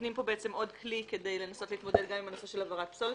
- נותנים פה עוד כלי כדי לנסות להתמודד עם הנושא של הבערת פסולת,